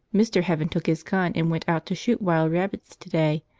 mr. heaven took his gun and went out to shoot wild rabbits to-day,